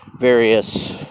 various